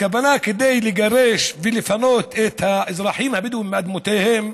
הכוונה היא לגרש ולפנות את האזרחים הבדואים מאדמותיהם.